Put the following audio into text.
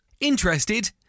Interested